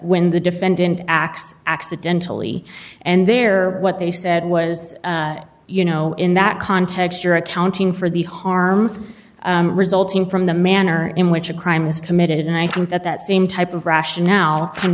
when the defendant acts accidentally and there what they said was you know in that context you're accounting for the harm resulting from the manner in which a crime is committed and i think that that same type of rationale can